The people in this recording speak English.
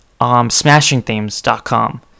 smashingthemes.com